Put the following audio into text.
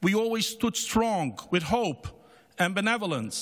we always stood strong with hope and benevolence.